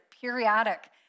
periodic